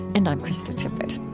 and i'm krista tippett